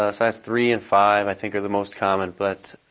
ah size three and five i think are the most common, but